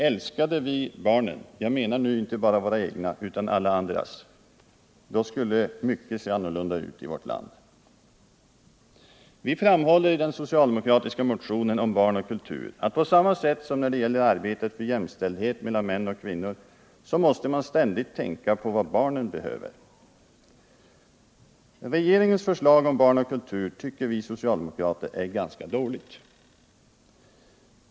Älskade vi barnen —- jag menar nu inte bara våra egna utan alla andras — då skulle nog mycket se annorlunda ut i vårt land. Vi framhåller i den socialdemokratiska motionen om barn och kultur att på samma sätt som när det gäller arbetet för jämställdhet mellan män och kvinnor måste man ständigt tänka på vad barnen behöver. Regeringens förslag om barn och kultur tycker vi socialdemokrater är ganska dåligt.